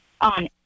on